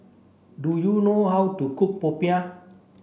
do you know how to cook Popiah